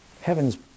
heavens